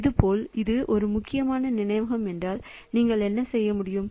இதேபோல் இது ஒரு முக்கிய நினைவகம் என்றால் நீங்கள் என்ன செய்ய முடியும்